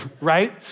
Right